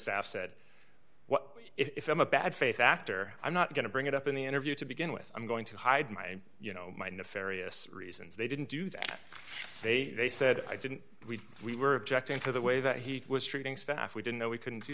staff said what if i'm a bad face after i'm not going to bring it up in the interview to begin with i'm going to hide my you know mind if arius reasons they didn't do that they they said i didn't we we were objecting to the way that he was treating staff we didn't know we couldn't do